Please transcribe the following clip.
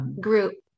group